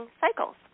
cycles